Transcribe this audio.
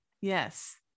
Yes